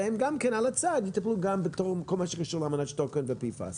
והם גם בצד יטפלו בכל מה שקשור לאמנת שטוקהולם ו-PFAS?